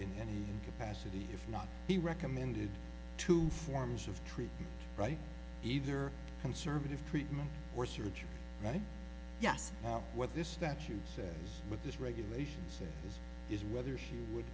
in any capacity if not the recommended two forms of treatment right either conservative treatment or surgery that yes what this statute says with these regulations is is whether she would